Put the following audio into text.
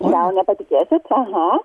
gal patikėsit aha